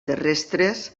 terrestres